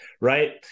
right